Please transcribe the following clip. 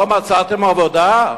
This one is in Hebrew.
לא מצאתם עבודה?